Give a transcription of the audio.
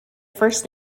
first